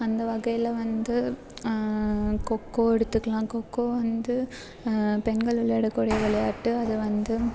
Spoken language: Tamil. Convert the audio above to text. அந்த வகையில் வந்து கொக்கோ எடுத்துக்கலாம் கொக்கோ வந்து பெண்கள் விளையாடக்கூடிய விளையாட்டு அதை வந்து